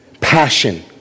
passion